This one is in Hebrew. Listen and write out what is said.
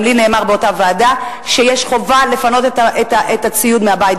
גם לי נאמר באותה ועדה שיש חובה לפנות את הציוד מהבית,